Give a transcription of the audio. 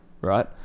right